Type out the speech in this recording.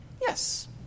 Yes